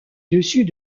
dessus